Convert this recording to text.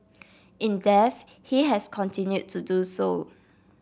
in death he has continued to do so